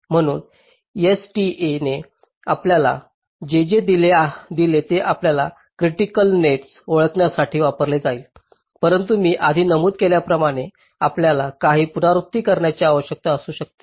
म्हणून STAने आपल्याला जे जे दिले ते आम्हाला क्रिटीकल नेट्स ओळखण्यासाठी वापरले जाईल परंतु मी आधी नमूद केल्याप्रमाणे आपल्याला काही पुनरावृत्ती करण्याची आवश्यकता असू शकते